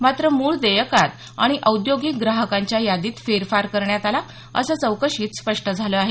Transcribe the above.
मात्र मूळ देयकात आणि औद्योगिक ग्राहकांच्या यादीत फेरफार करण्यात आला असं चौकशीत स्पष्ट झालं आहे